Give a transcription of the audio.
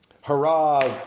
hurrah